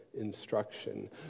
instruction